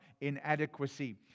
inadequacy